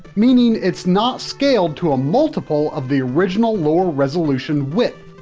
meaning it's not scaled to a multiple of the original lower resolution width.